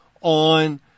on